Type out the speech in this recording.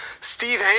Steve